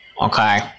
okay